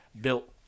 built